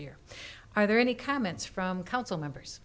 year are there any comments from council members